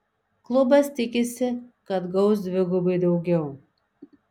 klubas tikisi kad gaus dvigubai daugiau